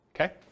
okay